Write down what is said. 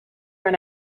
ran